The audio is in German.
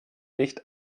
nicht